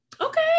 Okay